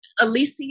Alicia